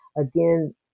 again